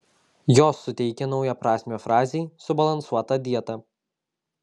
jos suteikia naują prasmę frazei subalansuota dieta